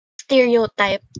stereotype